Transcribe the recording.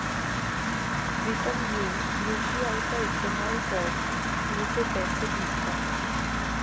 प्रीतम भीम यू.पी.आई का इस्तेमाल कर मुझे पैसे भेजता है